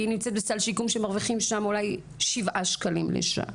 היא נמצאת בסל שיקום שמרוויחים שם אולי 7 שקלים לשעה.